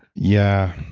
yeah.